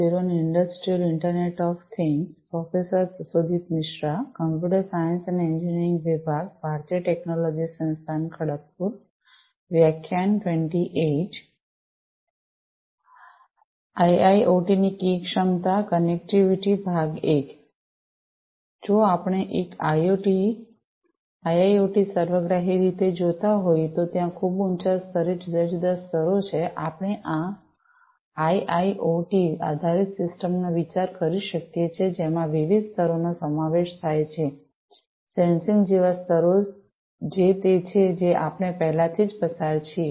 જો આપણે એક આઇઆઇઓટી સર્વગ્રાહી રીતે જોતા હોઈએ તો ત્યાં ખૂબ ઊંચા સ્તરે જુદા જુદા સ્તરો છે આપણે આઈઆઈઑટી આધારિત સિસ્ટમ નો વિચાર કરી શકીએ છીએ જેમાં વિવિધ સ્તરોનો સમાવેશ થાય છે સેન્સિંગ જેવા સ્તરો જે તે છે જે આપણે પહેલાથી જ પસાર થયા છીએ